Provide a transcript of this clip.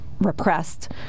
repressed